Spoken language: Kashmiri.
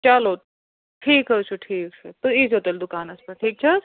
چلو ٹھیٖک حظ چھُ ٹھیٖک چھُ تُہۍ ییٖزیٛو تیٚلہِ دُکانَس پٮ۪ٹھ ٹھیٖک چھا حظ